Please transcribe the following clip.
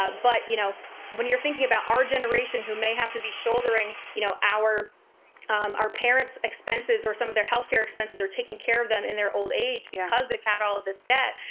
but but you know when you're thinking about our generation who may have to be shouldering you know our our parents' expenses or some of their health care expenses or taking care of them in their old age because they have had all of this debt,